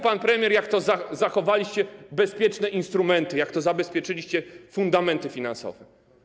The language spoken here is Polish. Pan premier mówił, jak to zachowaliście bezpieczne instrumenty, jak to zabezpieczyliście fundamenty finansowe.